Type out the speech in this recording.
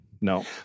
No